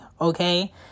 okay